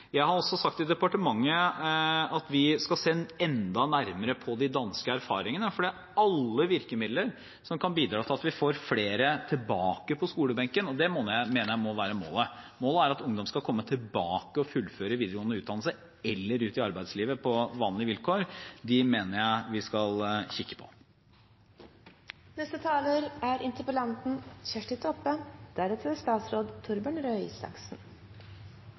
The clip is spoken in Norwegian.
Jeg har også sagt i departementet at vi skal se enda nærmere på de danske erfaringene, for alle virkemidler som kan bidra til at vi får flere tilbake på skolebenken – og det mener jeg må være målet, at ungdom skal komme tilbake og fullføre videregående utdannelse, eller skal ut i arbeidslivet på vanlige vilkår – mener jeg vi skal kikke på. Eg vil understreka det som statsråden sa, at produksjonsskular ikkje er